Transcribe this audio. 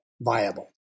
viable